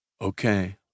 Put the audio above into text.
Okay